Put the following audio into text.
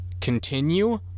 Continue